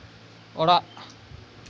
ᱚᱲᱟᱜ